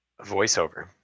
voiceover